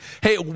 hey